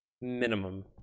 minimum